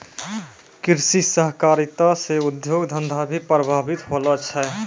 कृषि सहकारिता से उद्योग धंधा भी प्रभावित होलो छै